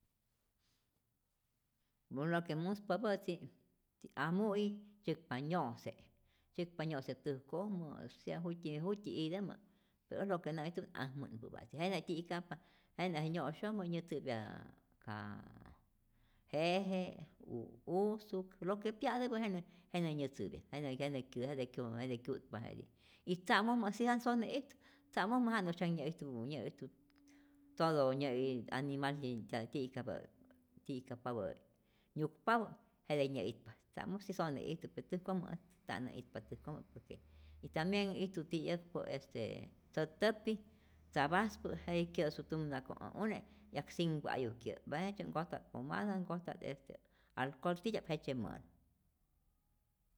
Äj lo que muspapä'tzi amu'i tzyäkpa nyo'se, tzyäkpa nyo'se täjkojmä o sea jut'tyi jut'tyi itämä, pe äj lo que nä'ijtupä't akmä'npäpatzi', jete ti'kajpa jenä je nyo'syojmä nyätzäpya k jeje u usu'k, lo que pya'täpä jenä jenä nyätzäpya, jenä nkënuptäje jete kyu'tpa jetij y tza'mojmä si jete sone ijtu tza'mojmä, janu'syak nyä'ijtu nya'ijtu todo nyä'itäpä animal je ka kyä'syajpapä kyäsyajpapä'i, nyukpapä jete nyä'ijtu, tzamoj si sone ijtu pe täjkojmä ät nta't nä'itpa täjkojmä, por que y tambien ijtu ti'yäkpä este tzät'täpti tzapaspä, jetij kyä'su tumnakoj ä une, 'yaj sinhpä'ayu kyä pe jejtzye nkojta't pomada nkojta't alcol titya'p jejtyze mä'nu.